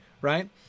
right